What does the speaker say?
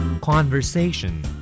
Conversation